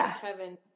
Kevin